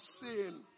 sin